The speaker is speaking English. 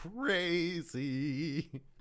crazy